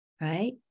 Right